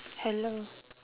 hello